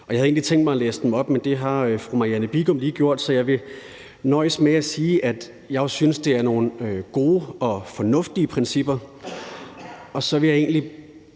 jeg havde egentlig tænkt mig at læse dem op, men det har fru Marianne Bigum lige gjort. Så jeg vil nøjes med at sige, at jeg jo synes, det er nogle gode og fornuftige principper, og at jeg så egentlig